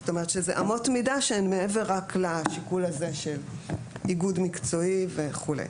אלה אמות מידה שהן מעבר לשיקול של איגוד מקצועי וכו'.